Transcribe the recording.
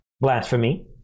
blasphemy